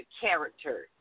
character